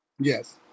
Yes